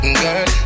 girl